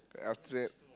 after that